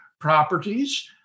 properties